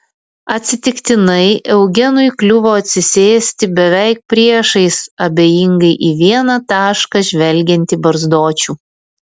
atsitiktinai eugenui kliuvo atsisėsti beveik priešais abejingai į vieną tašką žvelgiantį barzdočių